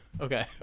Okay